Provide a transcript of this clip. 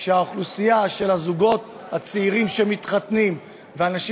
שהאוכלוסייה של הזוגות הצעירים שמתחתנים ואנשים